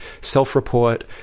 self-report